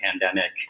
pandemic